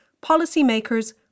policy-makers